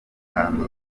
ahantu